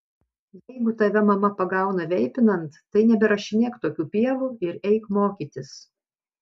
jeigu tave mama pagauna veipinant tai neberašinėk tokių pievų ir eik mokytis